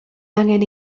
angen